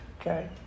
Okay